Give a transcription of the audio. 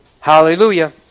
Hallelujah